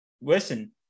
listen